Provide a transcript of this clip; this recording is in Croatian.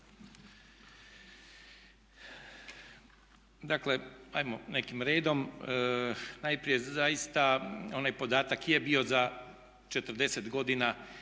Dakle, hajmo nekim redom. Najprije zaista onaj podatak je bio za 40 godina